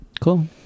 cool